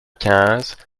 quinze